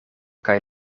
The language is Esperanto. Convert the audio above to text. kaj